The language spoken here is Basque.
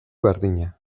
berdina